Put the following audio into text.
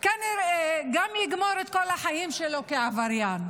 כנראה גם יגמור את כל החיים שלו כעבריין,